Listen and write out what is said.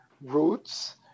roots